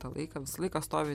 tą laiką visą laiką stovi